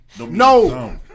No